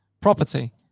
Property